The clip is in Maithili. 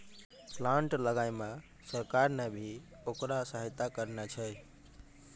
प्लांट लगाय मॅ सरकार नॅ भी होकरा सहायता करनॅ छै